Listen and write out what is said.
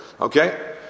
okay